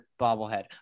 bobblehead